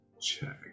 Check